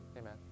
amen